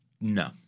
No